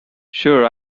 sure